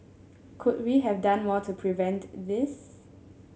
could we have done more to prevent this